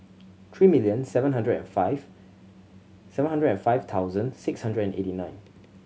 three million seven hundred and five seven hundred and five thousand six hundred and eighty nine